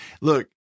look